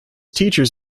teachers